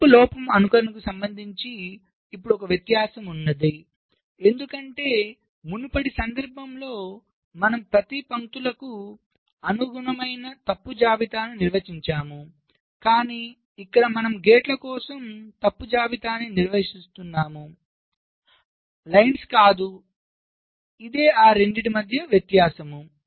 తగ్గింపు లోపం అనుకరణకు సంబంధించి ఇప్పుడు ఒక వ్యత్యాసం ఉంది ఎందుకంటే మునుపటి సందర్భంలో మనము ప్రతి పంక్తులకు అనుగుణమైన తప్పు జాబితాను నిర్వచించాము కాని ఇక్కడ మనము గేట్ల కోసం తప్పు జాబితాను నిర్వచిస్తున్నాములైన్స్ ను కాదు ఇదే ఆ రెండిటి మధ్య వ్యత్యాసము